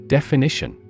Definition